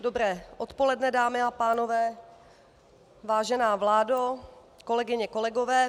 Dobré odpoledne, dámy a pánové, vážená vládo, kolegyně a kolegové.